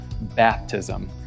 baptism